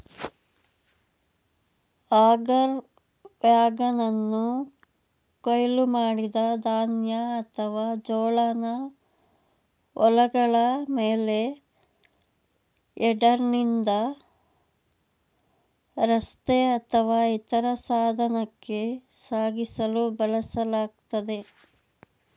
auger ವ್ಯಾಗನನ್ನು ಕೊಯ್ಲು ಮಾಡಿದ ಧಾನ್ಯ ಅಥವಾ ಜೋಳನ ಹೊಲಗಳ ಮೇಲೆ ಹೆಡರ್ನಿಂದ ರಸ್ತೆ ಅಥವಾ ಇತರ ಸಾಧನಕ್ಕೆ ಸಾಗಿಸಲು ಬಳಸಲಾಗ್ತದೆ